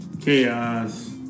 chaos